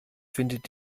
findet